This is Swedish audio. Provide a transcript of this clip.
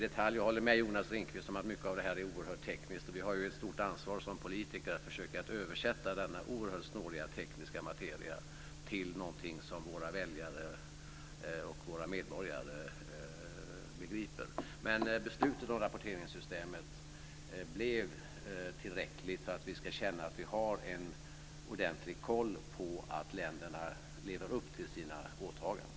Jag håller med Jonas Ringqvist om att mycket av det här är oerhört tekniskt. Vi har ju ett stort ansvar som politiker att försöka översätta detta snåriga tekniska material till någonting som våra väljare och medborgare begriper. Beslutet om rapporteringssystemet blev tillräckligt för att vi ska känna att vi har en ordentlig koll på att länderna lever upp till sina åtaganden.